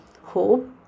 Hope